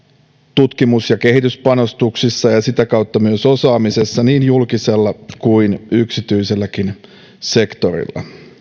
tutkimus ja kehityspanostuksissa ja ja sitä kautta myös osaamisessa niin julkisella kuin yksityiselläkin sektorilla